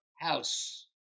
house